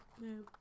No